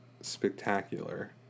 spectacular